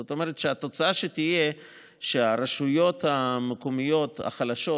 זאת אומרת שהתוצאה שתהיה היא שהרשויות המקומיות החלשות,